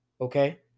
Okay